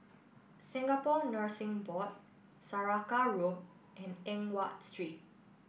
Singapore Nursing Board Saraca Road and Eng Watt Street